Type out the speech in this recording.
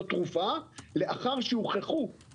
תכשיר זו תרופה, לאחר שהוכחו את